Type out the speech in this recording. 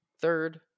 third